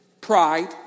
pride